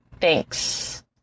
Thanks